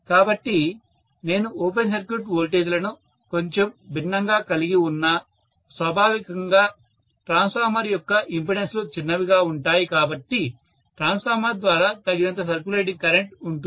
కాబట్టి నేను open circuit వోల్టేజ్లను కొంచెం భిన్నంగా కలిగి ఉన్నా స్వాభావికంగా ట్రాన్స్ఫార్మర్ యొక్క ఇంపెడెన్స్ లు చిన్నవిగా ఉంటాయి కాబట్టి ట్రాన్స్ఫార్మర్ ద్వారా తగినంత సర్క్యులేటింగ్ కరెంట్ ఉంటుంది